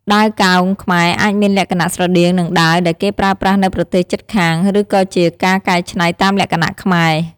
ដាវកោងខ្មែរអាចមានលក្ខណៈស្រដៀងនឹងដាវដែលគេប្រើប្រាស់នៅប្រទេសជិតខាង ឬក៏ជាការកែច្នៃតាមលក្ខណៈខ្មែរ។